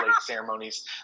ceremonies